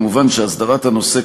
מובן שהסדרת הנושא,